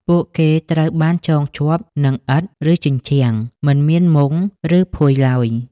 ពួកគេត្រូវបានចងជាប់នឹងឥដ្ឋ ឬជញ្ជាំង មិនមានមុង ឬភួយឡើយ។